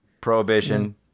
Prohibition